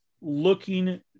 looking